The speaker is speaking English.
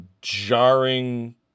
jarring